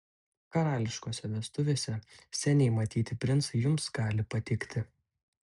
karališkose vestuvėse seniai matyti princai jums gali patikti